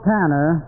Tanner